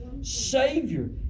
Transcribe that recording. Savior